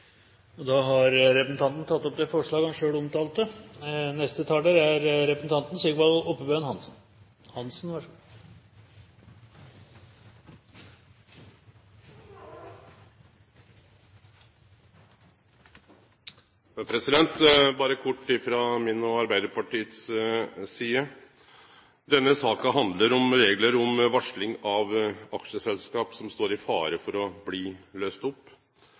tatt opp det forslaget han refererte til. Berre kort frå mi og Arbeidarpartiet si side. Denne saka handlar om reglar om varsling til aksjeselskap som står i fare for å bli løyste opp